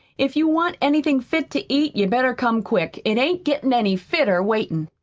if you want anything fit to eat you'd better come quick. it ain't gettin' any fitter, waitin'.